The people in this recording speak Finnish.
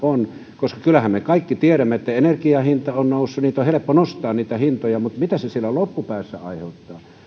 on kyllähän me kaikki tiedämme että energian hinta on noussut on helppo nostaa niitä hintoja mutta mitä se siellä loppupäässä aiheuttaa